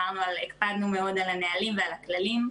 הקפדנו מאוד על הנהלים ועל הכללים.